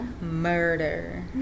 Murder